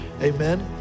Amen